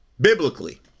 biblically